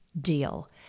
deal